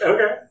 Okay